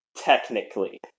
technically